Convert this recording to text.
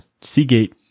Seagate